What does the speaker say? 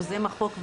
יוזם החוק,